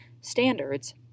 standards